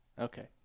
Okay